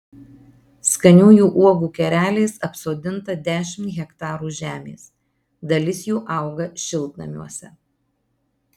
skaniųjų uogų kereliais apsodinta dešimt hektarų žemės dalis jų auga šiltnamiuose